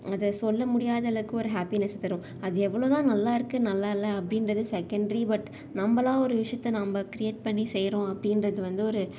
அது சொல்ல முடியாதளவுக்கு ஒரு ஹேப்பினஸ் தரும் அது எவ்வளோதான் நல்லாயிருக்கு நல்லாயில்ல அப்படின்றது செகெண்டரி பட் நம்மளா ஒரு விஷயத்த நம்ம க்ரியேட் பண்ணி செய்கிறோம் அப்படின்றது வந்து ஒரு